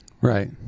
Right